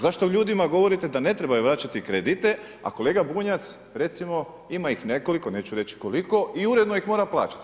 Zašto ljudima govorite da ne trebaju vraćati kredite, a kolega Bunjac, recimo ima ih nekoliko, neću reći koliko, i uredno ih mora vraćati.